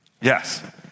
Yes